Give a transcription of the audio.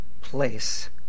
place